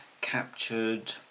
captured